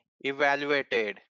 evaluated